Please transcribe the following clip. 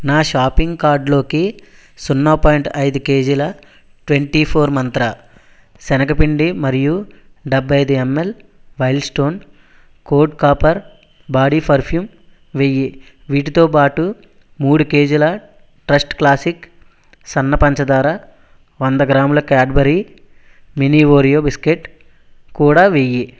నా షాపింగ్ కార్టులోకి సున్నా పాయింట్ ఐదు కేజీల ట్వెంటీ ఫోర్ మంత్ర శనగ పిండి మరియు డెబ్బై ఐదు ml wild stone code copper body perfume వెయ్యి వీటితో పాటు మూడు కేజీల ట్రస్ట్ క్లాసిక్ సన్న పంచదార వంద గ్రాముల క్యాడ్బరీ మినీ ఓరియో బిస్కెట్ కూడా వేయి